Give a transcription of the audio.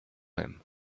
him